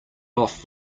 off